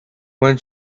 when